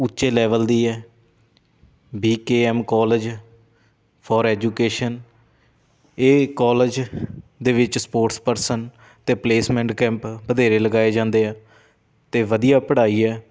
ਉੱਚੇ ਲੈਵਲ ਦੀ ਹੈ B K M college for education ਇਹ ਕੋਲਜ ਦੇ ਵਿੱਚ ਸਪੋਰਟਸ ਪਰਸਨ ਅਤੇ ਪਲੇਸਮੈਂਟ ਕੈਂਪ ਵਧੇਰੇ ਲਗਾਏ ਜਾਂਦੇ ਹੈ ਅਤੇ ਵਧੀਆ ਪੜ੍ਹਾਈ ਹੈ